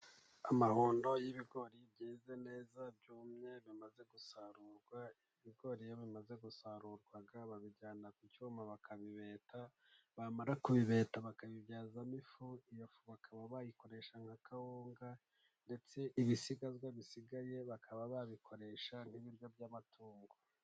Amahundo y'ibigori byeze neza, byumye, bimaze gusarurwa, ibigori iyo bimaze gusarurwa babijyana ku cyuma bakabibeta, bamara kubibeta bakabibyazamo ifu, iyofu bakaba bayikoresha nka kawunga, ndetse ibisigazwa bisigaye bakaba babikoresha nk'ibiryo by'amatungo.